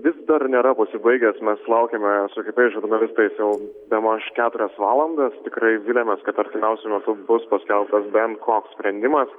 vis dar nėra pasibaigęs mes laukiame su kitais žurnalistais jau bemaž keturias valandas tikrai viliamės kad artimiausiu metu bus paskelbtas ben koks sprendimas